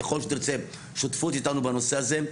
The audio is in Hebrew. ככל שתרצה שותפות איתנו בנושא הזה,